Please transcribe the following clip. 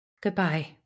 Goodbye